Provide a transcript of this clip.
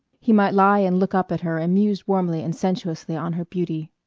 he might lie and look up at her and muse warmly and sensuously on her beauty.